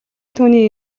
түүний